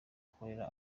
akorera